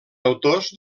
autors